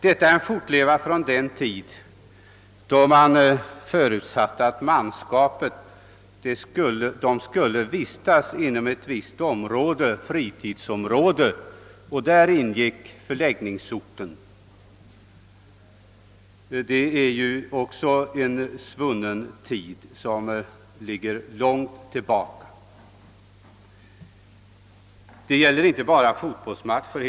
Detta är en kvarleva från den tid då man förutsatte att manskapet skulle vistas inom ett visst fritidsområde kring förläggningsorten. Även detta hör ju till länge sedan svunna tider. Det gäller naturligtvis inte bara fotbollsmatcher.